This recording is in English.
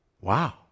wow